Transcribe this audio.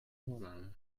vorname